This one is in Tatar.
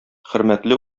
хөрмәтле